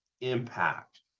impact